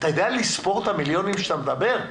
אתה יודע לספור את המיליונים שאתה מדבר?